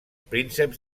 prínceps